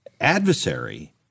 adversary